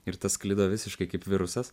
ir tas sklido visiškai kaip virusas